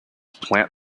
plant